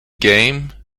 game